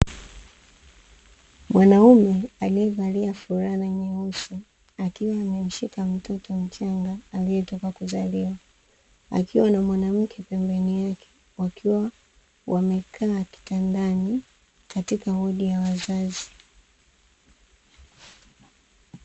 Mwanaume aliyevalia fulana nyeusi, akiwa amemshika mtoto mchanga aliyetoka kuzaliwa, akiwa na mwanamke pembeni yake, wakiwa wamekaa kitandani katika wodi ya wazazi.